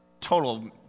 total